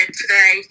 today